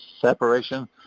separation